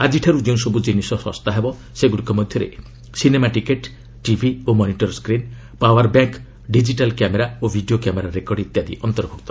ଆଜିଠାରୁ ଯେଉଁ ସବୁ ଜିନିଷ ଶସ୍ତା ହେବ ସେଗୁଡ଼ିକ ମଧ୍ୟରେ ସିନେମା ଟିକେଟ ଟିଭି ଓ monitor screen power bank digital camera ଓ ଭିଡିଓ କ୍ୟାମେରା ରେକର୍ଡ ଇତ୍ୟାଦି ଅନ୍ତର୍ଭୁକ୍ତ